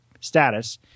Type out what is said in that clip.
status